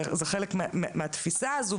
זה חלק מהתפיסה הזאת,